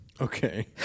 Okay